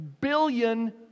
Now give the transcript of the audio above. billion